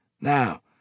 Now